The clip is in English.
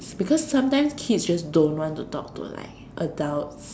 because sometimes kids just don't want to talk to like adults